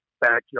backyard